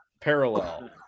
parallel